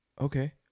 okay